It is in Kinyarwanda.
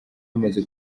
bamaze